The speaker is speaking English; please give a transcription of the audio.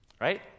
right